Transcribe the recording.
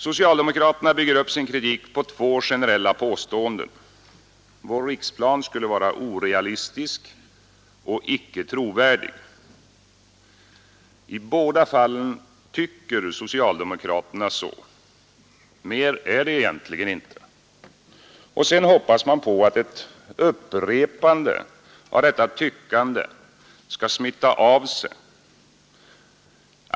Socialdemokraterna bygger upp sin kritik på två generella pås vår riksplan skulle vara orealistisk och icke trovärdig. I båda fallen ”tycker” socialdemokraterna så — mer är det egentligen inte. Sedan hoppas man på att ett upprepande av detta tyckande skall smitta av sig.